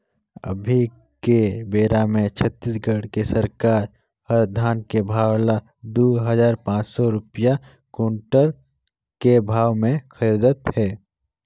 अभी के बेरा मे छत्तीसगढ़ के सरकार हर धान के भाव ल दू हजार पाँच सौ रूपिया कोंटल के भाव मे खरीदत हे